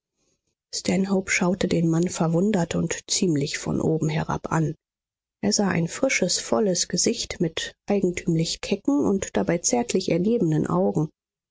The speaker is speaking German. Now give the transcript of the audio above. schaute den mann verwundert und ziemlich von oben herab an er sah ein frisches volles gesicht mit eigentümlich kecken und dabei zärtlich ergebenen augen